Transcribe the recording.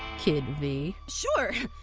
kid vee. sure!